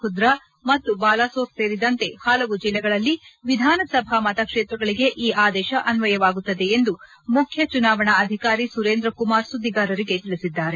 ಖುರ್ದಾ ಮತ್ತು ಬಾಲಾಸೋರ್ ಸೇರಿದಂತೆ ಹಲವು ಜಿಲ್ಲೆಗಳಲ್ಲಿ ವಿಧಾನಸಭಾ ಮತಕ್ಷೇತ್ರಗಳಿಗೆ ಈ ಆದೇಶ ಅನ್ವಯವಾಗುತ್ತದೆ ಎಂದು ಮುಖ್ಯ ಚುನಾವಣಾ ಅಧಿಕಾರಿ ಸುರೇಂದ್ರ ಕುಮಾರ್ ಸುದ್ದಿಗಾರರಿಗೆ ತಿಳಿಸಿದ್ದಾರೆ